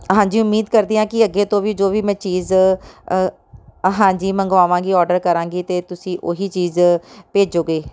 ਹਾਂਜੀ ਉਮੀਦ ਕਰਦੀ ਹਾਂ ਕਿ ਅੱਗੇ ਤੋਂ ਵੀ ਜੋ ਵੀ ਮੈਂ ਚੀਜ਼ ਹਾਂਜੀ ਮੰਗਵਾਵਾਂਗੀ ਔਡਰ ਕਰਾਂਗੀ ਅਤੇ ਤੁਸੀਂ ਉਹੀ ਚੀਜ਼ ਭੇਜੋਗੇ